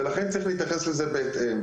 ולכן צריך להתייחס לזה בהתאם.